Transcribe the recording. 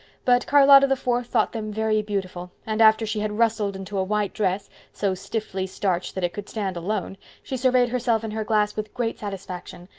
but charlotta the fourth thought them very beautiful, and after she had rustled into a white dress, so stiffly starched that it could stand alone, she surveyed herself in her glass with great satisfaction.